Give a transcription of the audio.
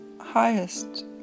highest